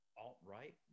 alt-right